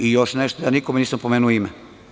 I još nešto, ja nikome nisam pomenuo ime.